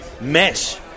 mesh